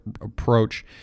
approach